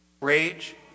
Rage